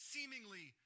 Seemingly